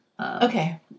Okay